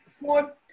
more